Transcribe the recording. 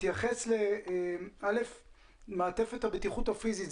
תתייחס למעטפת הבטיחות הפיזית.